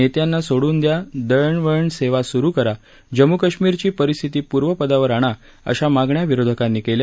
नेत्यांना सोडून द्या दळणवळण सेवा सुरु करा जम्मू कश्मीरची परिस्थिती पूर्वपदावर आणा अशा मागण्या विरोधकांनी केल्या